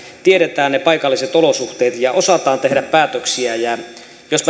tiedetään ne paikalliset olosuhteet ja osataan tehdä päätöksiä jos